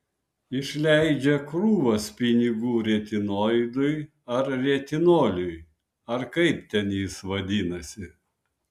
išleidžia krūvas pinigų retinoidui ar retinoliui ar kaip ten jis vadinasi